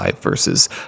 versus